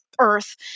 earth